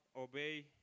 obey